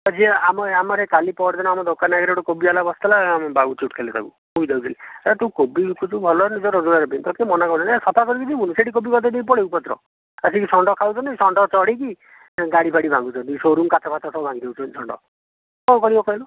ଯେ ଆମର ଆମର ଏହି କାଲି ପହରଦିନ ଆମ ଦୋକାନ ଆଗରେ ଗୋଟିଏ କୋବି ଵାଲା ବସିଥିଲା ତାକୁ ତୁ କୋବି ବିକୁଛୁ ତୋର ରୋଜଗାର ପାଇଁ ତୋତେ କିଏ ମନା କରୁଛି ଯେ ସଫା କରିକି ଯିବୁନି ସେଠି ଗଦାଇ ଦେଇକି ପଳେଇବୁ କୋବି ପତ୍ର ଆସିକି ଷଣ୍ଢ ଖାଉଛନ୍ତି ଷଣ୍ଢ ଚଢ଼ିକି ଗାଡ଼ି ଫାଡ଼ି ଭାଙ୍ଗୁଛନ୍ତି ସୋ ରୁମ୍ କାଚ ଫାଚ ଭାଙ୍ଗି ଦେଉଛନ୍ତି ଷଣ୍ଢ କ'ଣ କରିବ କହିଲ